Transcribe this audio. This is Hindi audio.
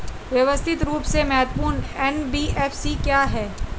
व्यवस्थित रूप से महत्वपूर्ण एन.बी.एफ.सी क्या हैं?